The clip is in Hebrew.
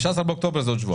15 באוקטובר זה בעוד שבועיים.